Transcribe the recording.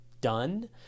done